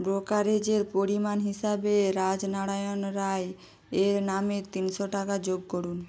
ব্রোকারেজের পরিমাণ হিসাবে রাজনারায়ণ রায় এর নামে তিনশো টাকা যোগ করুন